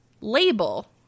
label